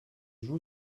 joue